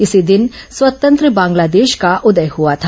इसी दिन स्वतंत्र बांग्लादेश का उदय हुआ था